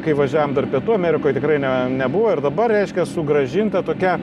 kai važiavom dar pietų amerikoj tikrai ne nebuvo ir dabar reiškia sugrąžinta tokia